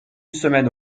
semaine